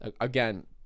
again